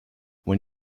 when